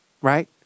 right